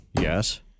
Yes